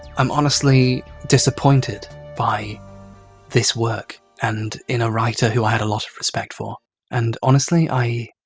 i'm honestly disappointed by this work and in a writer who i had a lot of respect for and honestly, i.